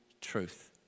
truth